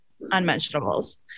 unmentionables